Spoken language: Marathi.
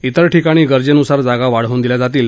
इतर ठिकाणी गरजेनुसार जागा वाढवून दिल्या जातील